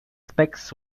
suspects